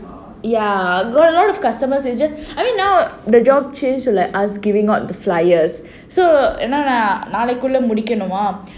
ya got a lot of customers it's just I mean now the job change to like us giving out the flyers so என்னனா நாளைக்குள்ள முடிக்கனுமா:ennanaa nalaikulla mudikanumaa